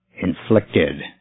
inflicted